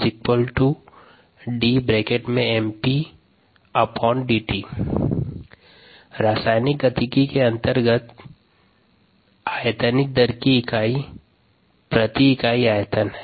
rgPddt रासायनिक गतिकी के अंतर्गत पर आयतनिक दर की इकाई प्रति इकाई आयतन हैं